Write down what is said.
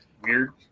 weird